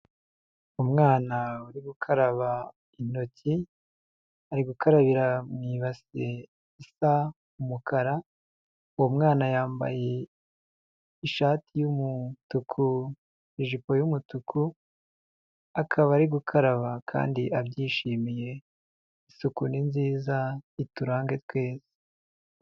Umwana uri gukaraba intoki ari gukarabira mu ibase isa umukara, uwo mwana yambaye ishati y'umutuku, ijipo y'umutuku, akaba ari gukaraba kandi abyishimiye. Isuku ni nziza iturange twese.